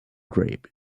grape